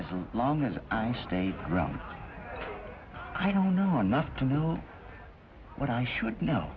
truth long as i stayed around i don't know enough to know what i should know